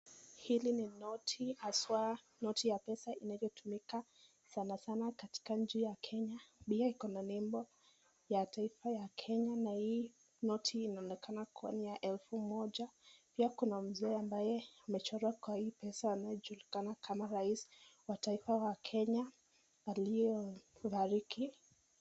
Hili ni noti haswa noti ya pesa inayotumika sana sana katika nchi ya kenya pia iko na nembo ya taifa ya kenya na hii noti inaonekana kuwa ni ya elfu moja, pia kuna mzee ambaye amechorwa kwa hii pesa anaejulikana kama rais wa taifa wa kenya aliyefariki.